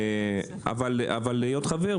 בשביל להיות חבר,